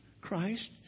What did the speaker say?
Christ